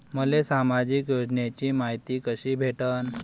मले सामाजिक योजनेची मायती कशी भेटन?